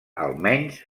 almenys